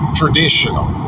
traditional